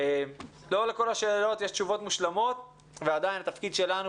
לא לכל השאלות יש תשובות מושלמות ועדיין התפקיד שלנו